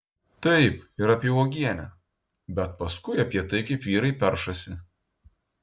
taip ir apie uogienę bet paskui apie tai kaip vyrai peršasi